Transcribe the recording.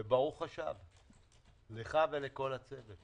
וברוך השב, לך ולכל הצוות.